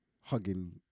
hugging